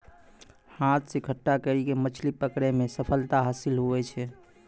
हाथ से इकट्ठा करी के मछली पकड़ै मे सफलता हासिल हुवै छै